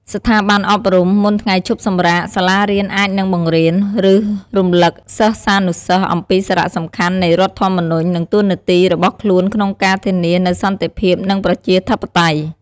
ស្ថាប័នអប់រំ មុនថ្ងៃឈប់សម្រាក សាលារៀនអាចនឹងបង្រៀន ឬរំលឹកសិស្សានុសិស្សអំពីសារៈសំខាន់នៃរដ្ឋធម្មនុញ្ញ និងតួនាទីរបស់ខ្លួនក្នុងការធានានូវសន្តិភាព និងប្រជាធិបតេយ្យ។